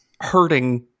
hurting